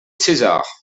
césar